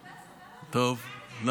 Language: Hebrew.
ספר לנו, אנחנו פה.